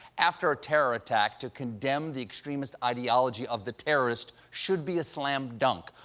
after a terror attack to condemn the extremist ideology of the terrorist should be a slam dunk.